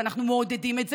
ואנחנו מעודדים את זה,